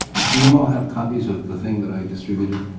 do you all have copies of the thing that i distributed?